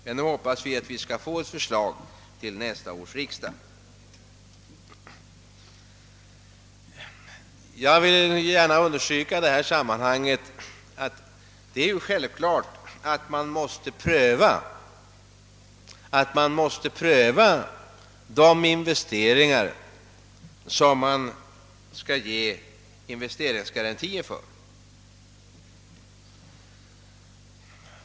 Nu hoppas vi emellertid att det skall lämnas ett förslag till nästa års riksdag. Jag vill i detta sammanhang gärna understryka att det är självklart, att man måste pröva investeringarna innan det ges garantier för dem.